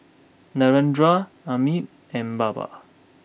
Narendra Amit and Baba